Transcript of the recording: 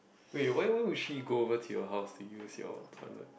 wait why whe would she go over your house and use your toilet